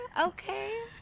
okay